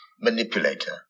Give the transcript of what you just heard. manipulator